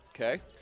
Okay